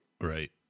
Right